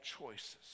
choices